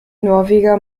norweger